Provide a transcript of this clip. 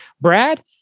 Brad